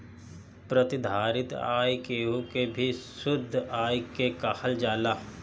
प्रतिधारित आय केहू के भी शुद्ध आय के कहल जाला